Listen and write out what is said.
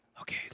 okay